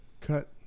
cut